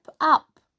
up